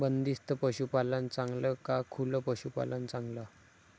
बंदिस्त पशूपालन चांगलं का खुलं पशूपालन चांगलं?